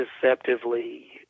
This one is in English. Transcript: deceptively